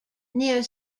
near